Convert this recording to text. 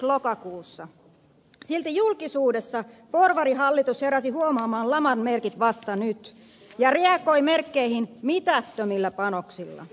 silti julkisuudessa porvarihallitus heräsi huomaamaan laman merkit vasta nyt ja reagoi merkkeihin mitättömillä panoksilla